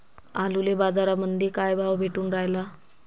आलूले बाजारामंदी काय भाव भेटून रायला?